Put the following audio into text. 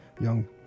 young